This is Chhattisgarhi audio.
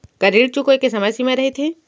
का ऋण चुकोय के समय सीमा रहिथे?